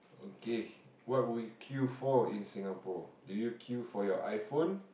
okay what would you kill for in Singapore do you kill for your iPhone